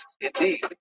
indeed